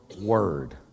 word